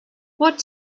what